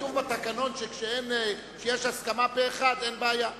כתוב בתקנון שכשיש הסכמה פה-אחד, אין בעיה.